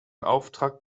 auftrag